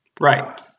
Right